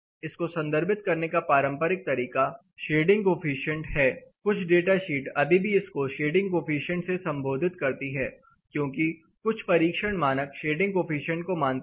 इसको संदर्भित करने का पारंपरिक तरीका शेडिंग कोफिशिएंट है कुछ डेटा शीट अभी भी इसको शेडिंग कोफिशिएंट से संबोधित करती है क्योंकि कुछ परीक्षण मानक शेडिंग कोफिशिएंट को मानते हैं